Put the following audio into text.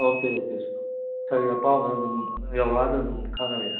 okay okay ꯁꯥꯔꯒꯤ ꯑꯄꯥꯝꯕꯗꯨ ꯑꯗꯨꯝ ꯌꯧꯔꯛꯑꯒ ꯑꯗꯨꯝ ꯈꯪꯂꯅꯤꯅ